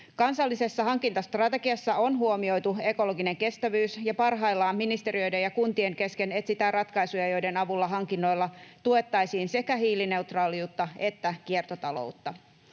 Kansallisessa hankintastrategiassa on huomioitu ekologinen kestävyys, ja parhaillaan ministeriöiden ja kuntien kesken etsitään ratkaisuja, joiden avulla hankinnoilla tuettaisiin sekä hiilineutraaliutta että kiertotaloutta.